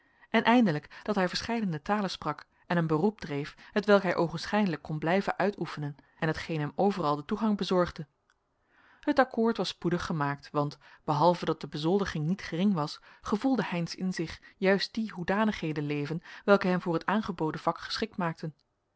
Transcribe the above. en eindelijk dat hij verscheidene talen sprak en een beroep dreef hetwelk hij oogenschijnlijk kon blijven uitoefenen en t geen hem overal den toegang bezorgde het akkoord was spoedig gemaakt want behalve dat de bezoldiging niet gering was gevoelde heynsz in zich juist die hoedanigheden leven welke hem voor het aangeboden vak geschikt maakten